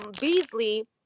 beasley